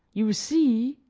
you see,